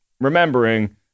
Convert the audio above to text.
remembering